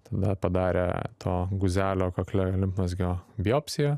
tada padarė to guzelio kakle limfmazgio biopsiją